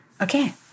Okay